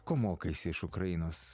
ko mokaisi iš ukrainos